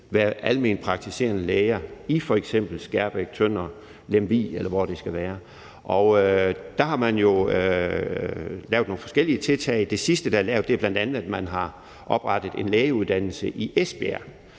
alment praktiserende læger i f.eks. Skærbæk, Tønder, Lemvig, eller hvor det nu kan være. Og der har man jo lavet nogle forskellige tiltag – det sidste, der er lavet, er bl.a., at man har oprettet en lægeuddannelse i Esbjerg,